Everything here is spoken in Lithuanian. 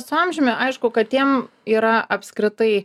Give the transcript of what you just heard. su amžiumi aišku katėm yra apskritai